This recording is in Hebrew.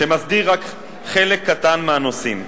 שמסדיר רק חלק קטן מהנושאים,